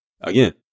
Again